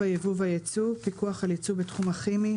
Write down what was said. היבוא והיצוא (פיקוח על ייצוא בתחום הכימי,